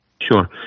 Sure